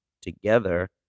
together